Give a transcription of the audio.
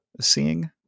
seeing